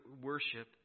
worship